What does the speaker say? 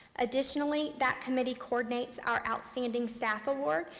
additionally, that committee coordinates our outstanding staff award,